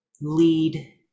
lead